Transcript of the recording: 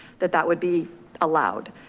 that that would be allowed.